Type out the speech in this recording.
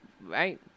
right